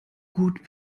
gut